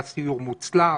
היה סיור מוצלח,